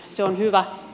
se on hyvä